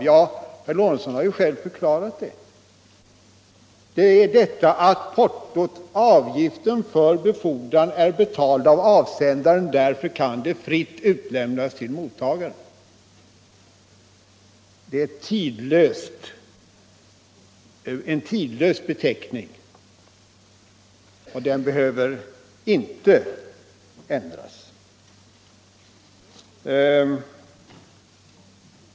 Herr Lorentzon har själv förklarat det: avgiften för befordran är betalad av avsändaren, och därför kan försändelsen fritt utlämnas till mottagaren. Frimärke är en tidlös beteckning, och den behöver inte ändras.